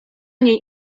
niej